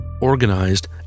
organized